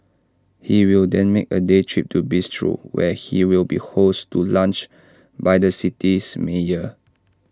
he will then make A day trip to Bristol where he will be hosted to lunch by the city's mayor